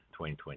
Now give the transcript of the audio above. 2020